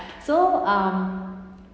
so um